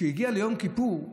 כשהגיע ליום כיפור,